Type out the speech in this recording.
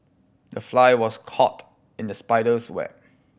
the fly was caught in the spider's web